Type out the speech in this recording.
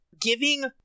giving